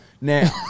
Now